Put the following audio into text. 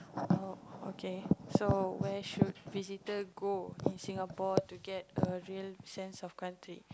oh okay so where should visitor go in Singapore to get a real sense of country